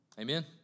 Amen